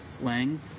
Lang